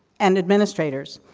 and administrators.